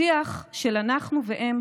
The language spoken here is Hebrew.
השיח של "אנחנו והם"